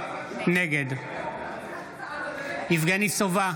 נגד יבגני סובה,